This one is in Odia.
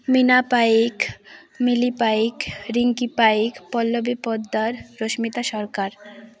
ମୀନା ପାଇକ ମିଲି ପାଇକ ରିଙ୍କି ପାଇକ ପଲ୍ଲବୀ ପଦାର ରଶ୍ମିତା ସରକାର